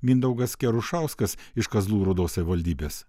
mindaugas kerušauskas iš kazlų rūdos savivaldybės